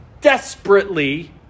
desperately